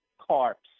carps